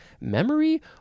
memory